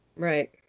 Right